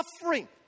suffering